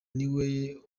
niwe